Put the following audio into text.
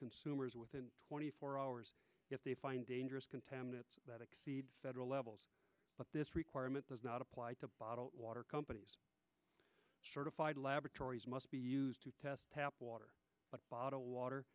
consumers within twenty four hours if they find dangerous contaminants that exceed federal levels but this requirement does not apply to bottled water companies certified laboratories must be used to test tap water bottled water